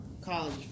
college